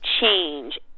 change